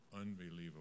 unbelievable